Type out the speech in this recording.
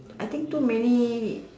I think too many